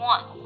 One